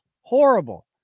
horrible